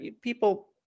people